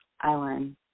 Island